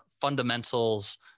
fundamentals